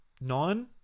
nine